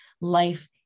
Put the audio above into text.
life